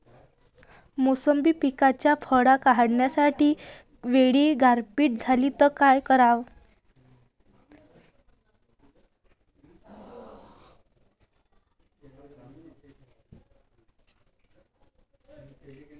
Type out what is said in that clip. मोसंबी पिकावरच्या फळं काढनीच्या वेळी गारपीट झाली त काय कराव?